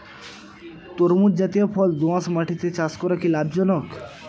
তরমুজ জাতিয় ফল দোঁয়াশ মাটিতে চাষ করা কি লাভজনক?